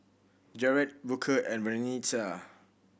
Jarett Booker and Vernita